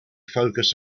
focus